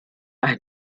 ein